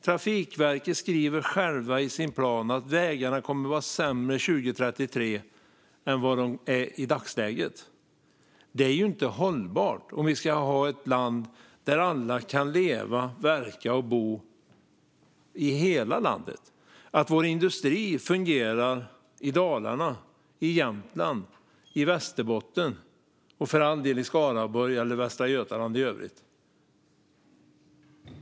Trafikverket skriver själva i sin plan att vägarna kommer att vara sämre 2033 än vad de är i dagsläget. Det är inte hållbart om vi ska ha ett land där alla kan leva, verka och bo i hela landet, att vår industri inte fungerar i Dalarna, i Jämtland, i Västerbotten och för all del i Skaraborg eller i Västra Götaland i övrigt.